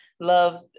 love